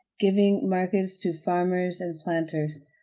giving markets to farmers and planters.